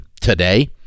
today